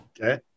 Okay